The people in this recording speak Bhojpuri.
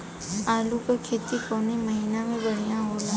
आलू क खेती कवने महीना में बढ़ियां होला?